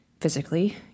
Physically